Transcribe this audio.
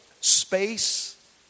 space